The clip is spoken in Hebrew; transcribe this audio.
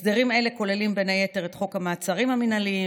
הסדרים אלה כוללים בין היתר את חוק המעצרים המינהליים,